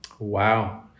Wow